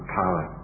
power